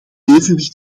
evenwicht